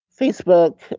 Facebook